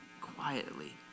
quietly